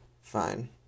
fine